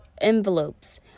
envelopes